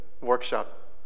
workshop